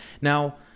Now